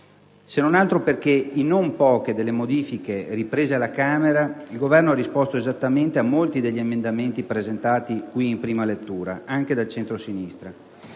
se non altro perché in non poche delle modifiche introdotte alla Camera il Governo ha risposto esattamente a molti emendamenti presentati qui in prima lettura, anche dal centrosinistra.